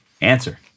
answer